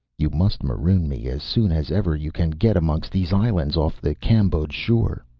you must maroon me as soon as ever you can get amongst these islands off the cambodge shore,